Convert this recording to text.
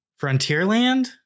Frontierland